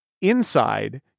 inside